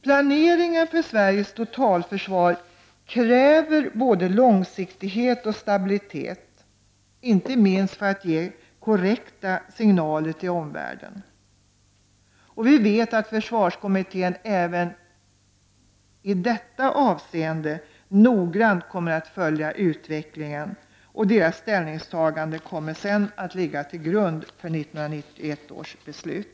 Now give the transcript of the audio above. Planeringen för Sveriges totalförsvar kräver både långsiktighet och stabilitet inte minst för att ge korrekta signaler till omvärlden. Vi vet att försvarskommittén även i detta avseende noggrant kommer att följa utvecklingen, och dess ställningstagande kommer senare att ligga till grund för 1991 års beslut.